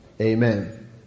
amen